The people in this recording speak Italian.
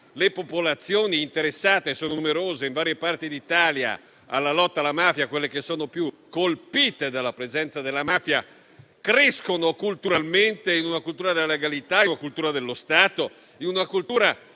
le popolazioni interessate - sono numerose, in varie parti d'Italia - alla lotta alla mafia, quelle più colpite dalla presenza della mafia, cresceranno in una cultura della legalità e dello Stato, in una cultura